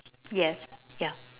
yes yeah